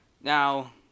Now